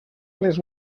les